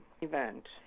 event